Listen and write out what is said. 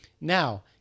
Now